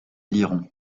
liront